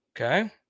Okay